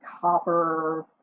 copper